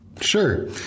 Sure